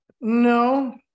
no